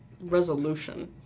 resolution